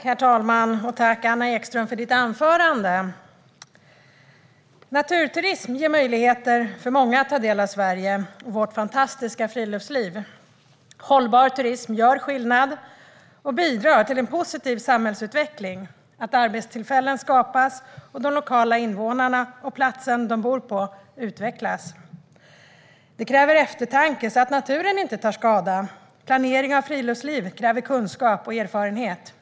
Herr talman! Tack, Anna Ekström, för ditt svar! Naturturism ger möjligheter för många att ta del av Sverige och vårt fantastiska friluftsliv. Hållbar turism gör skillnad och bidrar till en positiv samhällsutveckling, till att arbetstillfällen skapas och att de lokala invånarna och platsen som de bor på utvecklas. Detta kräver eftertanke så att naturen inte tar skada. Planering av friluftsliv kräver kunskap och erfarenhet.